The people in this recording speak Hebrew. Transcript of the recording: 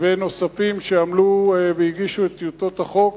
ולנוספים שעמלו והגישו את טיוטות החוק.